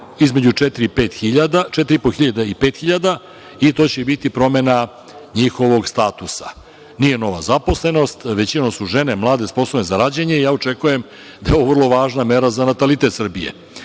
i pet hiljada, i to će biti promena njihovog statusa. Nije nova zaposlenost, većinom su žene mlade, sposobne za rađanje i ja očekujem da je ovo vrlo važna mera za natalitet Srbije. Ono